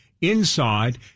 inside